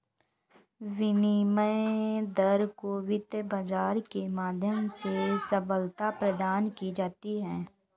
विनिमय दर को वित्त बाजार के माध्यम से सबलता प्रदान की जाती है